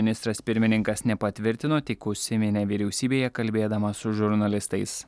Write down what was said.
ministras pirmininkas nepatvirtino tik užsiminė vyriausybėje kalbėdamas su žurnalistais